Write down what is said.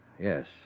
Yes